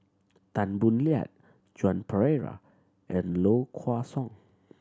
Tan Boo Liat Joan Pereira and Low Kway Song